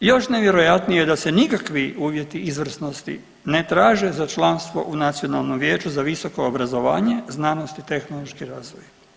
I još nevjerojatnije je da se nikakvi uvjeti izvrsnosti ne traže za članstvo u Nacionalnom vijeću za visoko obrazovanje, znanost i tehnološki razvoj.